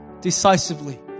decisively